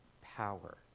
power